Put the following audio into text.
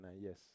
Yes